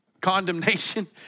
condemnation